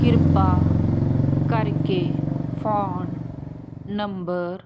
ਕਿਰਪਾ ਕਰਕੇ phone number